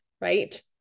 right